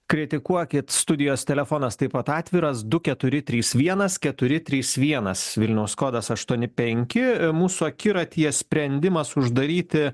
kritikuokit studijos telefonas taip pat atviras du keturi trys vienas keturi trys vienas vilniaus kodas aštuoni penki mūsų akiratyje sprendimas uždaryti